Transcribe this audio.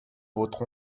votre